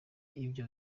ibyo